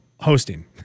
hosting